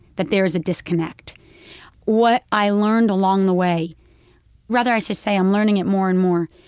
that there's a disconnect what i learned along the way rather, i should say i'm learning it more and more,